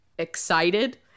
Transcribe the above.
Excited